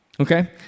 Okay